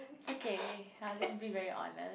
it's okay I'll just be very honest